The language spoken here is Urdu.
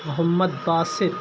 محمد باسط